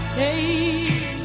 take